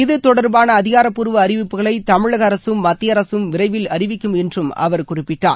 இத்தொடர்பான அதிகாரப்பூர்வ அறிவிப்புகளை தமிழக அரசும் மத்திய அரசும் விரைவில் அறிவிக்கும் என்றும் அவர் குறிப்பிட்டார்